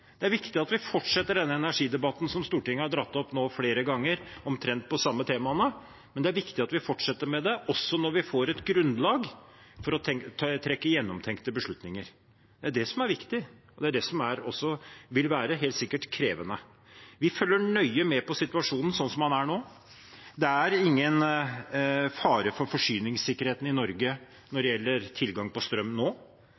Det er viktig at vi fortsetter den energidebatten som Stortinget har dratt opp nå flere ganger, omtrent på de samme temaene. Det er viktig at vi fortsetter med det også når vi får et grunnlag for å trekke gjennomtenkte beslutninger. Det er det som er viktig, og det er det som også helt sikkert vil være krevende. Vi følger nøye med på situasjonen som den er nå. Det er ingen fare for forsyningssikkerheten i Norge når